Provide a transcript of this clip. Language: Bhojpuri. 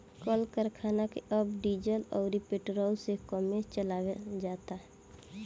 कल करखना के अब डीजल अउरी पेट्रोल से कमे चलावल जाता